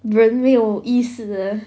人没有意思的